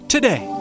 Today